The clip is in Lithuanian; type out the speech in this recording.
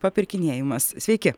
papirkinėjimas sveiki